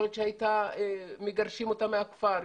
יכול להיות שהיו מגרשים אותה מהכפר,